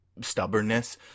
stubbornness